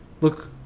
Look